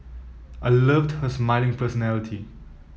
I loved her smiling personality